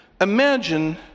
Imagine